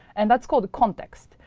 and that's called context.